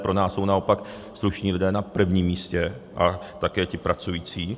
Pro nás jsou naopak slušní lidé na první místě a také ti pracující.